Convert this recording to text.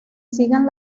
siguen